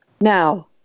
Now